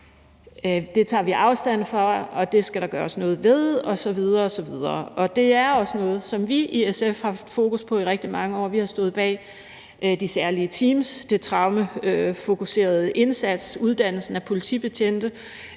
de tager afstand fra det, og at der skal gøres noget ved det osv. osv. Og det er også noget, som vi i SF har haft fokus på i rigtig mange år. Vi har stået bag de særlige teams, den traumefokuserede indsats, uddannelsen af politibetjente